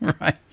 Right